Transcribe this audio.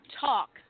talk